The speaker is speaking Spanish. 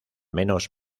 menos